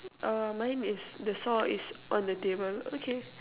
oh mine is the saw is on the table okay